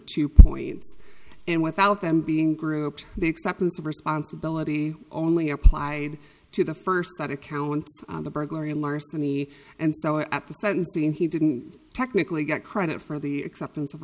two points and without them being grouped the acceptance of responsibility only applied to the first that it counts the burglary and larceny and so at the sentencing he didn't technically get credit for the acceptance of